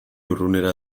urrunera